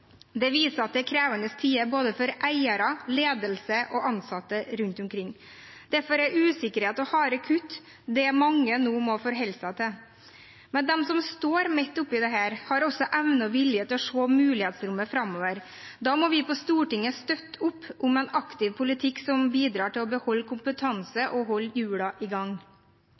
Det viser at det er krevende tider for både eiere, ledelse og ansatte rundt omkring. Derfor er usikkerhet og harde kutt det mange nå må forholde seg til. De som står midt oppe i dette, har også evne og vilje til å se mulighetsrommet framover. Da må vi på Stortinget støtte opp om en aktiv politikk som bidrar til å beholde kompetanse